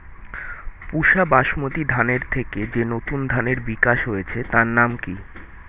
পুসা বাসমতি ধানের থেকে যে নতুন ধানের বিকাশ হয়েছে তার নাম কি?